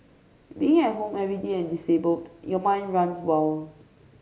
being at home every day and disabled your mind runs wild